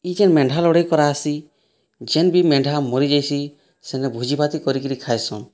ଇ ଯେନ୍ ମେଣ୍ଢା ଲଢ଼ାଇ କରାହେସି ଯେନ୍ ବି ମେଣ୍ଢା ମରିଯାଇସି ସେନେ ଭୋଜି ଭାତି କରିକିରି ଖାଇସନ୍